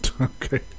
Okay